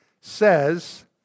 says